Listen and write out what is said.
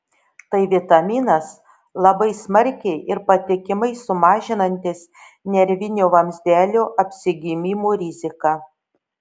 tai vitaminas labai smarkiai ir patikimai sumažinantis nervinio vamzdelio apsigimimų riziką